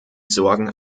sorgen